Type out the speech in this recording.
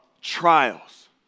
trials